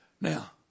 Now